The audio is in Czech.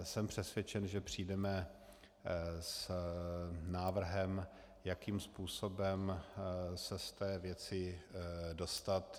Jsem přesvědčen, že přijdeme s návrhem, jakým způsobem se z té věci dostat.